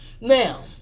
Now